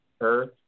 earth